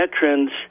veterans